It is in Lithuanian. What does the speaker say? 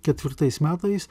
ketvirtais metais